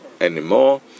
anymore